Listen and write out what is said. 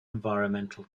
environmental